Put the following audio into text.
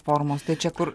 formos tai čia kur